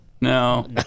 No